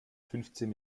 fünfzehn